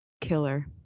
killer